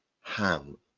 ham